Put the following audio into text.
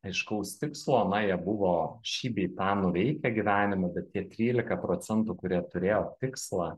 aiškaus tikslo na jie buvo šį bei tą nuveikę gyvenime bet tie trylika procentų kurie turėjo tikslą